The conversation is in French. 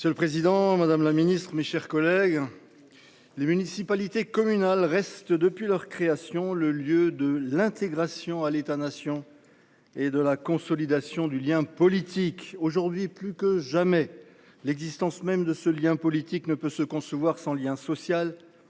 Monsieur le président, madame la ministre, mes chers collègues, les municipalités communales restent, depuis leur création, le lieu de « l’intégration à l’État nation et [de] la consolidation du lien politique ». Aujourd’hui, plus que jamais, l’existence même de ce lien politique ne peut se concevoir sans lien social,